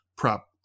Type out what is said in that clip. prop